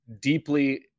deeply